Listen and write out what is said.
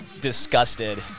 disgusted